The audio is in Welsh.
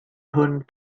hwn